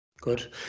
Good